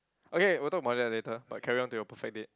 okay we'll talk about that later but carry on to your perfect date